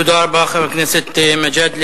תודה רבה, חבר הכנסת מג'אדלה.